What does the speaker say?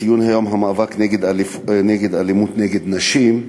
ציון המאבק באלימות נגד נשים,